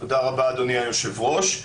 תודה רבה אדוני היושב ראש.